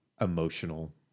emotional